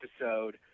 episode